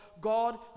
God